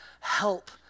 help